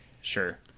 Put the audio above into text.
sure